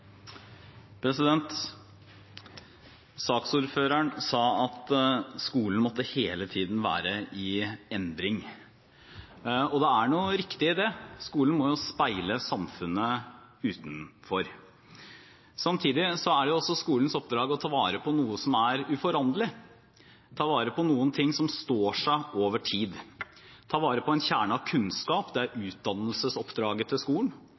noe riktig i det, skolen må jo speile samfunnet utenfor. Samtidig er det også skolens oppdrag å ta vare på noe som er uforanderlig, ta vare på noen ting som står seg over tid, ta vare på en kjerne av kunnskap, det er utdannelsesoppdraget til skolen,